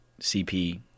CP